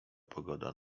pogoda